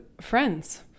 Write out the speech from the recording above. friends